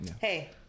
Hey